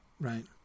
right